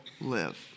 live